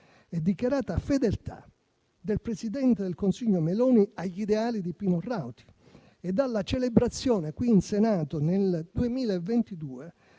e dichiarata fedeltà del presidente del Consiglio Meloni agli ideali di Pino Rauti e dalla celebrazione qui in Senato nel 2022,